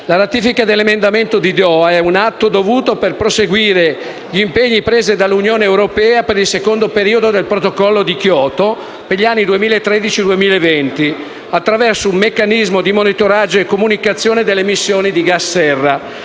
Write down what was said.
La ratifica dell'emendamento di Doha è un atto dovuto per proseguire gli impegni presi dall'Unione europea per il secondo periodo del Protocollo di Kyoto, per gli anni 2013-2020, attraverso un meccanismo di monitoraggio e comunicazione delle emissioni di gas serra.